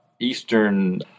eastern